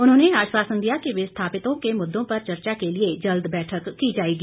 उन्होंने आश्वासन दिया कि विस्थापितों के मुद्दों पर चर्चा के लिए जल्द बैठक की जाएगी